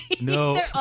No